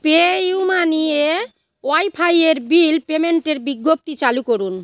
PayU মানিয়ে ওয়াইফাইয়ের bill পেমেন্টের বিজ্ঞপ্তি চালু করুন